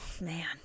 man